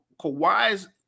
Kawhi's